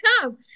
come